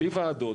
בלי ועדות,